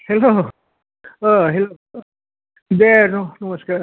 hello औ हेलौ दे औ नमक्सार